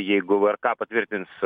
jeigu vrk patvirtins